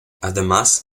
además